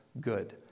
good